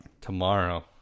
Tomorrow